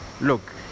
look